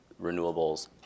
renewables